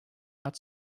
not